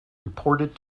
reported